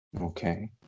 Okay